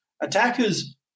attackers